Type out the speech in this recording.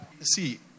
See